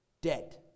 dead